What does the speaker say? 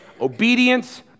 obedience